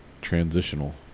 Transitional